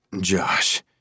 Josh